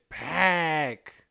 back